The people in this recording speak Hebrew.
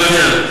אתיקה?